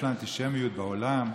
של האנטישמיות בעולם,